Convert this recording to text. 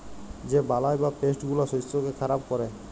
যে বালাই বা পেস্ট গুলা শস্যকে খারাপ ক্যরে